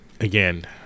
again